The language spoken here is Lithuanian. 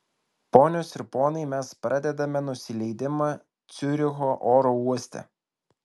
ponios ir ponai mes pradedame nusileidimą ciuricho oro uoste